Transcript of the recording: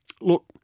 look